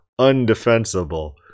undefensible